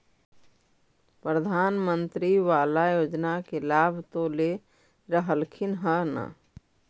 प्रधानमंत्री बाला योजना के लाभ तो ले रहल्खिन ह न?